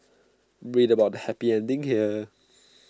read about the happy ending here